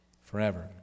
forever